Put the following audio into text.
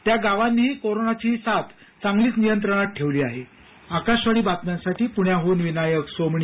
त्या गावांनी ही कोरोनाची ही साथ चांगलीच नियंत्रणात ठेवली आहे आकाशवाणी बातम्यांसाठी प्ण्याहन विनायक सोमणी